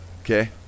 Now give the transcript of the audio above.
Okay